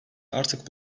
artık